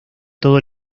todo